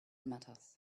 matters